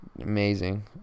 amazing